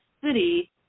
city